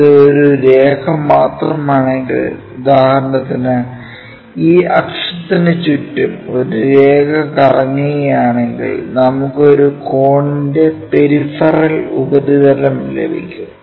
ഇത് ഒരു രേഖ മാത്രമാണെങ്കിൽ ഉദാഹരണത്തിന് ഈ അക്ഷത്തിന് ചുറ്റും ഒരു രേഖ കറങ്ങുകയാണെങ്കിൽ നമുക്ക് ഒരു കോണിന്റെ പെരിഫറൽ ഉപരിതലം ലഭിക്കും